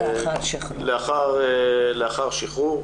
לאחר שחרור.